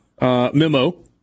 memo